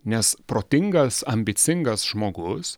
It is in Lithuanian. nes protingas ambicingas žmogus